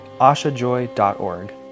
ashajoy.org